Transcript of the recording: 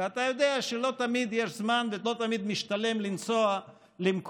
ואתה יודע שלא תמיד יש זמן ולא תמיד משתלם לנסוע למקומות,